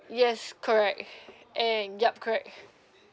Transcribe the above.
yes correct and yup correct